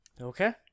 Okay